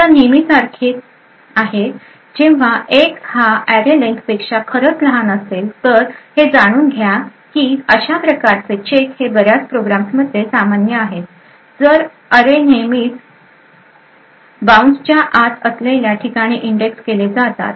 आता नेहमीसारखे आहे जेव्हा X हा array len पेक्षा खरच लहान असेल तर हे जाणून घ्या की अशा प्रकारचे चेक हे बर्याच प्रोग्राम्समध्ये सामान्य आहे जे अॅरे नेहमीच बाऊन्सच्या आत असलेल्या ठिकाणी इंडेक्स केले जातात